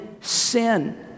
sin